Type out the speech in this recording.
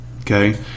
okay